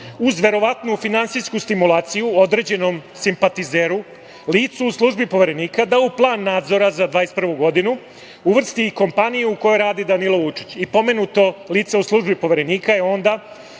uz verovatnu finansijsku stimulaciju određenom simpatizeru, licu u službi Poverenika, da u plan nadzora za 2021. godinu uvrsti i kompaniju u kojoj radi Danilo Vučić. Pomenuto lice u službi Poverenika je onda,